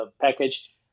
package